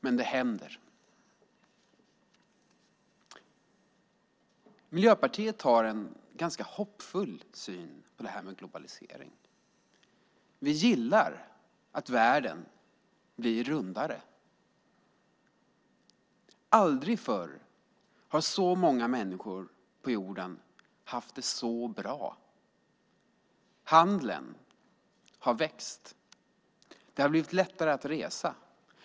Men det händer. Miljöpartiet har en ganska hoppfull syn på det här med globalisering. Vi gillar att världen blir rundare. Aldrig förr har så många människor på jorden haft det så bra. Handeln har vuxit. Det har blivit lättare att resa.